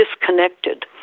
disconnected